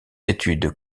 études